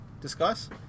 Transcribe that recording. discuss